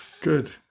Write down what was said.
Good